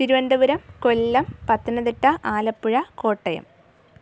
Thiruvananthapuram Kollam Pathanamthitta Alappuzha Kottayam